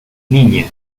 niña